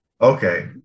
okay